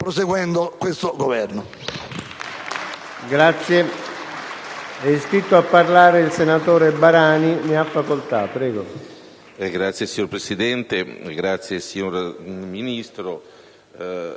perseguendo questo Governo.